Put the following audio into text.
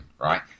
right